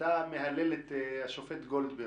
אתה מהלל את השופט גולדברג.